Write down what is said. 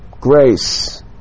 grace